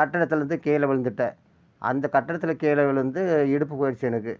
கட்டடத்துலேருந்து கீழே விழுந்துவிட்டேன் அந்த கட்டடத்தில் கீழே விழுந்து இடுப்பு போய்டுச்சி எனக்கு